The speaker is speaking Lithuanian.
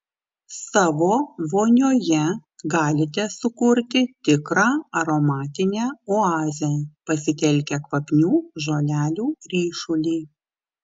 savo vonioje galite sukurti tikrą aromatinę oazę pasitelkę kvapnių žolelių ryšulį